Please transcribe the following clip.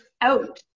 out